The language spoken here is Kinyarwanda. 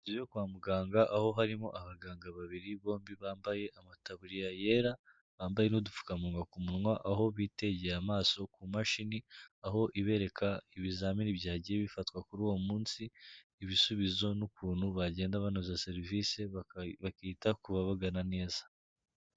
Inzu yo kwa muganga aho harimo abaganga babiri bombi bambaye amataburiya yera, bambaye n'udupfukamunwa ku munwa, aho bitegeye amaso ku mashini aho ibereka ibizamini byagiye bifatwa kuri uwo munsi, ibisubizo n'ukuntu bagenda banoza serivisi bakita ku babagana neza.